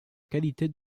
qualité